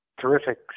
terrific